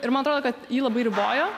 ir man atrodo kad jį labai ribojo